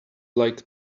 like